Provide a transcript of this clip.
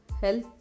health